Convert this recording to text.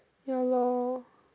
ya lor